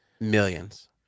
Millions